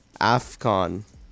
AFCON